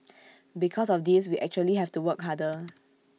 because of this we actually have to work harder